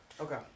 okay